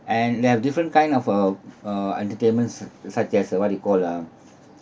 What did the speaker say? and they have different kind of a uh entertainments such as a what do you call um